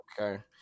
Okay